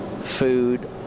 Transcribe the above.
food